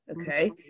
okay